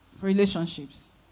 relationships